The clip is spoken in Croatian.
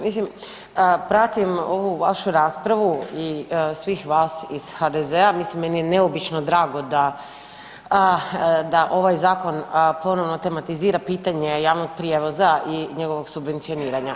Mislim pratim ovu vašu raspravu i svih vas iz HDZ-a, mislim meni je neobično drago da ovaj zakon ponovno tematizira pitanje javnog prijevoza i njegovog subvencioniranja.